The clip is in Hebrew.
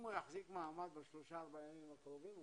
אם הוא יחזיק מעמד ב-3-4 ימים הקרובים,